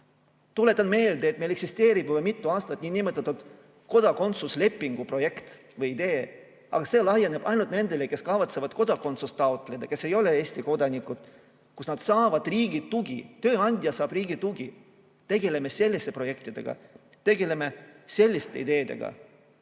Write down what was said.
Tuletan meelde, et meil eksisteerib juba mitu aastat niinimetatud kodakondsuslepingu projekt või idee, aga see laieneb ainult nendele, kes kavatsevad kodakondsust taotleda ja kes ei ole Eesti kodanikud. Nad saavad riigi tuge, tööandja saab riigi tuge. Tegeleme selliste projektidega, tegeleme selliste ideedega.